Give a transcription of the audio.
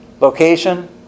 location